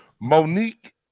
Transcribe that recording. Monique